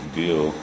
deal